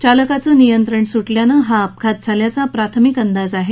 चालकाचं नियंत्रण सुटल्यानं हा अपघात झाल्याचा प्राथमिक अंदाज आहे